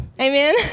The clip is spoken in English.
Amen